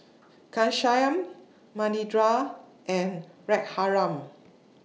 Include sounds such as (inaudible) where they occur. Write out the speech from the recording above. (noise) Ghanshyam Manindra and Raghuram